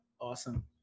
awesome